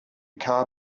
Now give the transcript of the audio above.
car